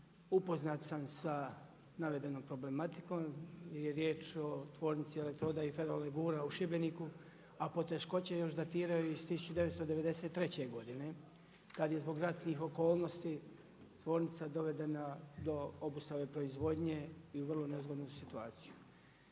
Upoznat sam sa navedenom problematikom jer je riječ o tvornici elektroda i ferolegura u Šibeniku a poteškoće još datiraju iz 1993. godine kada je zbog ratnih okolnosti tvornica dovedena do obustave proizvodnje i u vrlo neugodnu situaciju.